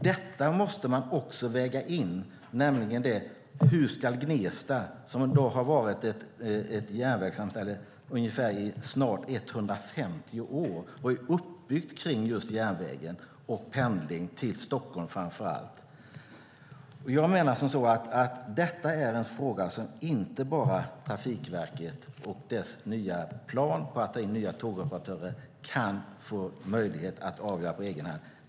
Det måste vägas in att Gnesta varit ett järnvägssamhälle i snart 150 år och är uppbyggt kring järnvägen och pendlingen till framför allt Stockholm. Jag menar att detta är en fråga som inte Trafikverket med dess nya plan att ta in nya tågoperatörer kan få avgöra på egen hand.